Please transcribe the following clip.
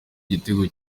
igitego